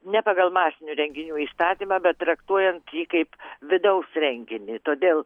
ne pagal masinių renginių įstatymą bet traktuojant jį kaip vidaus renginį todėl